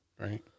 Right